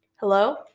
Hello